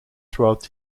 throughout